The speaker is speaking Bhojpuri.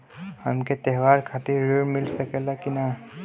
हमके त्योहार खातिर त्रण मिल सकला कि ना?